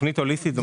תוכנית הוליסטית זו